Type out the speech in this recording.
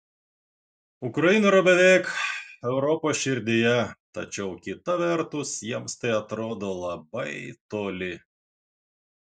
ukrainoje yra beveik europos širdyje tačiau kita vertus jiems tai atrodo labai toli